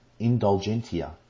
indulgentia